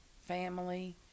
family